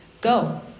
Go